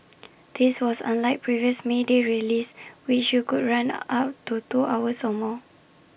this was unlike previous may day rallies which could run up to two hours or more